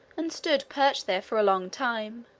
and stood perched there for a long time,